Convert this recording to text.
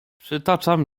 przytaczam